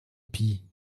pis